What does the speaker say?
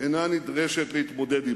אינה נדרשת להתמודד עמם.